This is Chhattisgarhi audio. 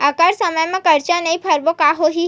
अगर समय मा कर्जा नहीं भरबों का होई?